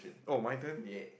oh my turn